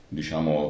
diciamo